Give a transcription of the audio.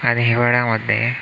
आणि हिवाळ्यामध्ये